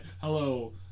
Hello